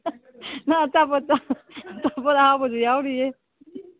ꯅꯪ ꯑꯆꯥꯄꯣꯠꯇꯣ ꯑꯆꯥꯄꯣꯠ ꯑꯍꯥꯎꯕꯁꯨ ꯌꯥꯎꯔꯤꯌꯦ